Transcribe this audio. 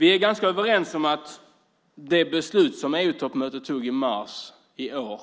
Vi är ganska överens om att det beslut som EU-toppmötet tog i mars i år